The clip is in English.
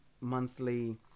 monthly